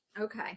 okay